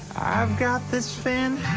i've got this fan.